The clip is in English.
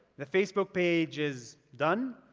the facebook page is done,